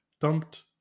dumped